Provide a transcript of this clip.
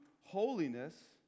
holiness